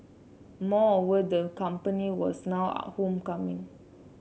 moreover the company was now are home coming